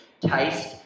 taste